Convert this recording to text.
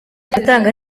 gutanga